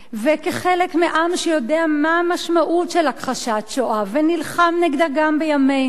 וכחלק מעם שיודע מה המשמעות של הכחשת השואה ונלחם נגדה גם בימינו,